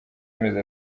amezi